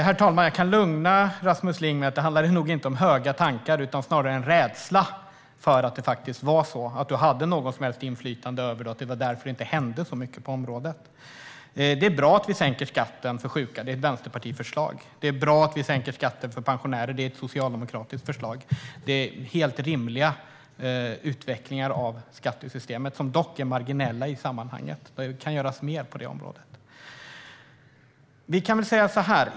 Herr talman! Jag kan lugna Rasmus Ling med att det nog inte handlade om höga tankar utan snarare om en rädsla för att det faktiskt är så att han har ett inflytande och att det är därför som det inte händer så mycket på området. Det är bra att vi sänker skatten för sjuka. Det är Vänsterpartiets förslag. Och det är bra att vi sänker skatten för pensionärer. Det är ett socialdemokratiskt förslag. Det är en helt rimlig utveckling av skattesystemet som dock är marginell i sammanhanget. Det kan göras mer på det området.